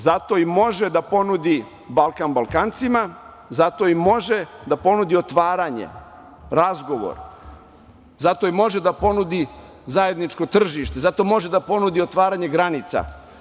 Zato i može da ponudi Balkan Balkancima, zato i može da ponudi otvaranje, razgovor, zato i može da ponudi zajedničko tržište, zato može da ponudi otvaranje granica.